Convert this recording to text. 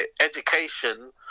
education